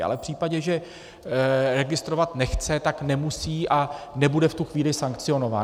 Ale v případě, že registrovat nechce, tak nemusí a nebude v tu chvíli sankcionován.